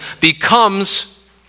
becomes